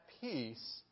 peace